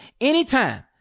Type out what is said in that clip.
anytime